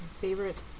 Favorite